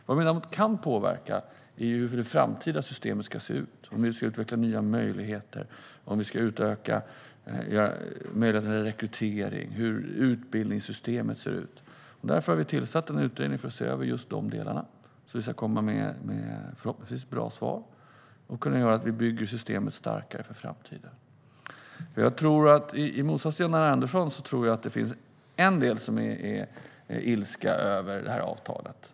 Vad vi däremot kan påverka är hur det framtida systemet ska se ut, till exempel om vi ska utveckla nya möjligheter, om vi ska utöka möjligheterna när det gäller rekrytering och hur utbildningssystemet ser ut. Därför har vi tillsatt den utredning som ska se över just dessa delar. Förhoppningsvis kommer den med bra svar, som gör att vi bygger systemet starkare inför framtiden. I motsats till Jan R Andersson tror jag att ilskan till viss del beror på detta avtal.